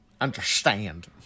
Understand